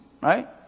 right